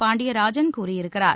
பாண்டியராஜன் கூறியிருக்கிறார்